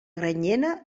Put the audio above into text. granyena